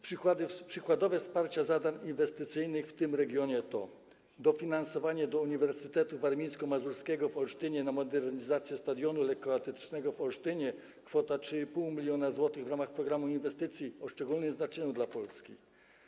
Przykładowe wsparcia zadań inwestycyjnych w tym regionie to: Dofinansowanie Uniwersytetu Warmińsko-Mazurskiego w Olsztynie na modernizację stadionu lekkoatletycznego w Olsztynie - kwota 3,5 mln zł w ramach „Programu inwestycji o szczególnym znaczeniu dla sportu”